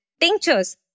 tinctures